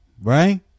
Right